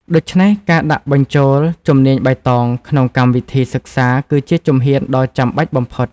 ដូច្នេះ ការដាក់បញ្ចូលជំនាញបៃតងក្នុងកម្មវិធីសិក្សាគឺជាជំហានដ៏ចាំបាច់បំផុត។